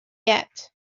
yet